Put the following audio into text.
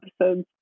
episodes